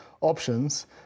options